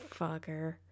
fucker